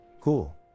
Cool